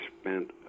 spent